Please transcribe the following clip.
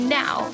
now